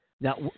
Now